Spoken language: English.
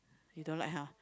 you don't like !huh!